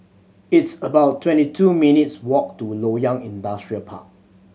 it's about twenty two minutes' walk to Loyang Industrial Park